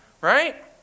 Right